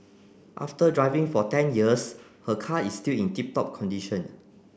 after driving for ten years her car is still in tip top condition